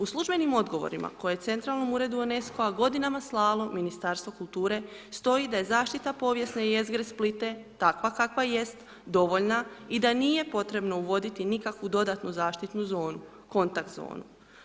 U službenim odgovorima koje je centralnom uredu UNESCO-a godinama slalo Ministarstvo kulture stoji da je zaštita povijesne jezgre Splita takva kakva jest, dovoljna i da nije potrebno uvoditi nikakvu dodatnu zaštitnu zonu, kontakt zonu.